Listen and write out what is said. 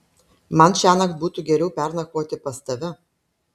man šiąnakt būtų geriau pernakvoti pas tave